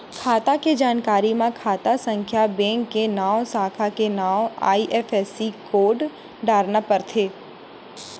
खाता के जानकारी म खाता संख्या, बेंक के नांव, साखा के नांव, आई.एफ.एस.सी कोड डारना परथे